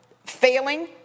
failing